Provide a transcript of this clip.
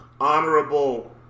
honorable